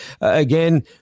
Again